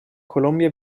colombia